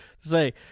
say